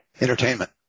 Entertainment